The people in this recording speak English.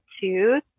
two